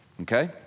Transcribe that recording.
Okay